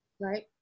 Right